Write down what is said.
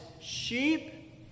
sheep